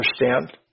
understand